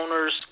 owners